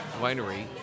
Winery